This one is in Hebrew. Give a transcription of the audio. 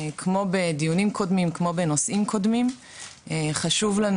כמו בדיונים ובנושאים קודמים חשוב לנו